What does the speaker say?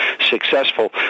successful